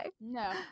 No